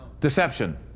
Deception